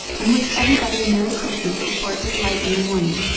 and wished everybody a merry christmas before it was light in the morning,